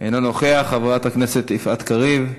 אינו נוכח, חברת הכנסת יפעת קריב,